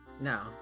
No